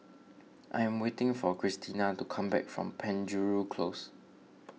I am waiting for Cristina to come back from Penjuru Close